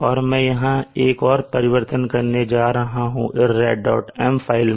और मैं यहां एक और परिवर्तन करने जा रहा हूं irradm फाइल में